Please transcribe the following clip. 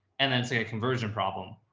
and then say a conversion problem,